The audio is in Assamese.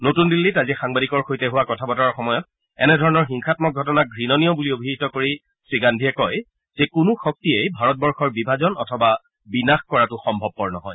নতুন দিল্লীত আজি সাংবাদিকৰ সৈতে হোৱা কথা বতৰাৰ সময়ত এনে ধৰণৰ হিংসামক ঘটনাক ঘণনীয় বুলি অভিহিত কৰি শ্ৰীগান্ধীয়ে কয় যে কোনো শক্তিয়েই ভাৰতবৰ্ষৰ বিভাজন অথবা বিনাশ কৰাটো সম্ভৱপৰ নহয়